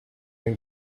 and